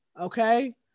okay